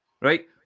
Right